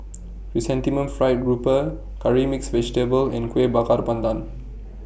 Chrysanthemum Fried Grouper Curry Mixed Vegetable and Kuih Bakar Pandan